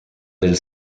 del